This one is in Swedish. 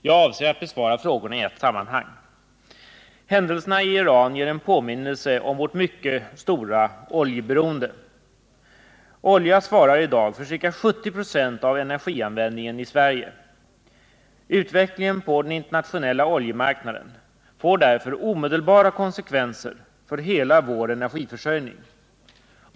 Jag avser att besvara frågorna i ett sammanhang. Händelserna i Iran ger en påminnelse om vårt mycket stora oljeberoende. Olja svarar i dag för ca 70 ”» av energianvändningen i Sverige. Utvecklingen på den internationella oljemarknaden får därför omedelbara konsekvenser för hela vår energiförsörjning.